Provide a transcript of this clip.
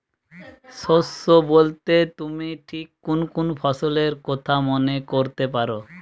শস্য বোলতে তুমি ঠিক কুন কুন ফসলের কথা মনে করতে পার?